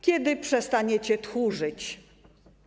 Kiedy przestaniecie tchórzyć?